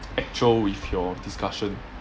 factual with your discussion